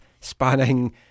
spanning